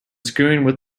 screwing